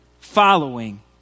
following